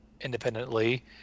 independently